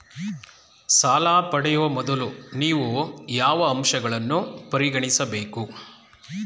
ಸಾಲ ಪಡೆಯುವ ಮೊದಲು ನೀವು ಯಾವ ಅಂಶಗಳನ್ನು ಪರಿಗಣಿಸಬೇಕು?